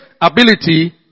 ability